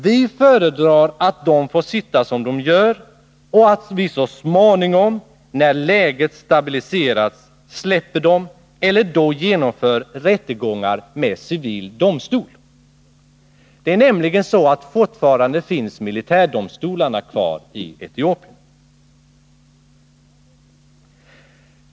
Vi föredrar att de får sitta som de gör, säger man, och att vi så småningom, när läget har stabiliserats, släpper dem eller genomför rättegångar med civil domstol. Fortfarande finns nämligen militärdomstolar i Etiopien.